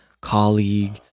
colleague